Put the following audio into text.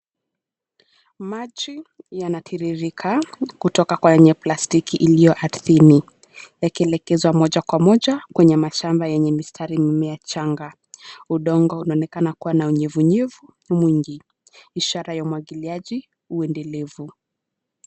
Maji, yanatiririka, kutoka kwenye plastiki iliyoardhini. Yakielekezwa moja kwa moja, kwenye mashamba yenye mistari mimea changa. Udongo unaonekana kuwa na unyevunyevu, mwingi. Ishara umwagiliaji uendelevu.